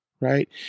right